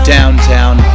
Downtown